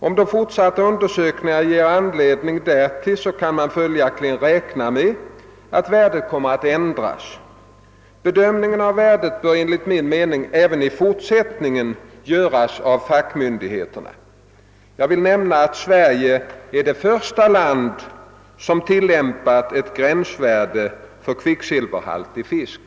Om de fortsatta undersökningarna ger anledning därtill kan man följaktligen räkna med att värdet kommer att ändras. Bedömningen av värdet bör enligt min mening även i fortsättningen göras av fackmyndigheterna: Jag vill nämna att Sverige är det första land som tillämpar ett gränsvärde för kvicksilverhalt i fisk.